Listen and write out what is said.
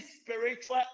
spiritual